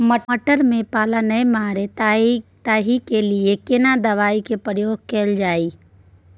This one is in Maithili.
मटर में पाला नैय मरे ताहि के लिए केना दवाई के प्रयोग कैल जाए?